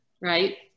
right